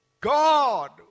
God